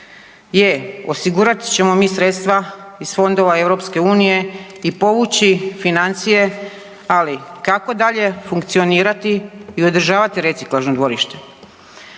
Je osigurati ćemo mi sredstva iz fondova EU i povući financije, ali kako dalje funkcionirati i održavati reciklažno dvorište